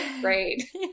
great